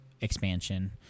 expansion